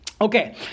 Okay